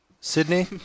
Sydney